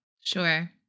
Sure